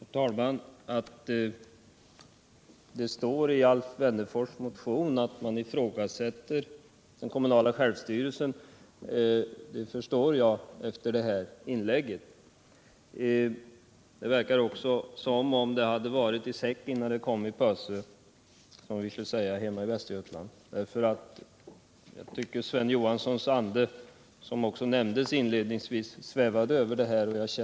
Herr talman! Att det står i Alf Wennerfors motion att han ifrågasätter den kommunala självstyrelsen kan jag förstå efter hans inlägg här. Det verkar också som om detta hade varit i säck innan det kom i påse, som vi skulle säga hemma i Västergötland. Jag tyckte att Sven Johanssons ande — hans namn nämndes ju inledningsvis — svävade över de här synpunkterna.